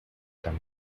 tan